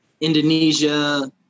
Indonesia